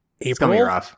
April